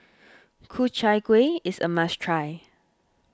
Ku Chai Kuih is a must try